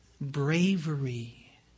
bravery